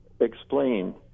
explain